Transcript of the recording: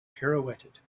pirouetted